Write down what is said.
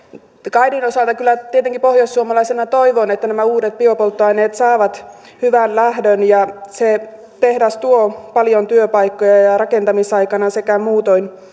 kaidin osalta kyllä tietenkin pohjoissuomalaisena toivon että nämä uudet biopolttoaineet saavat hyvän lähdön se tehdas tuo paljon työpaikkoja jo rakentamisaikana sekä muutoin